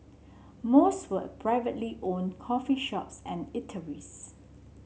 most were at privately owned coffee shops and eateries